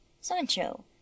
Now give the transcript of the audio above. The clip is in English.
Sancho